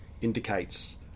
indicates